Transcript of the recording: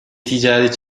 ticari